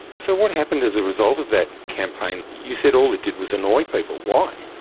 so what happened as a result of that campaign? you said all it did was annoy people. why?